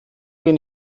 bin